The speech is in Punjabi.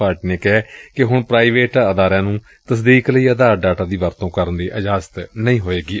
ਪਾਰਟੀ ਨੇ ਕਿਹੈ ਕਿ ਹੁਣ ਪ੍ਰਾਈਵੇਟ ਅਦਾਰਿਆਂ ਨੂੰ ਤਸਦੀਕ ਲਈ ਆਧਾਰ ਡਾਟਾ ਦੀ ਵਰਤੋਂ ਦੀ ਇਜਾਜ਼ਤ ਨਹੀਂ ਹੋਵੇਗੀ